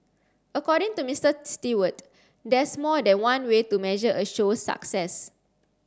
according to Mister Stewart there's more than one way to measure a show's success